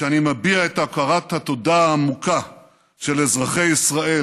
כשאני מביע את הכרת התודה העמוקה של אזרחי ישראל